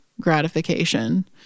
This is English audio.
gratification